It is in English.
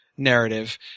narrative